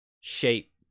shape